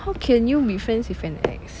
how can you be friends with an ex